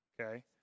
okay